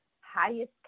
highest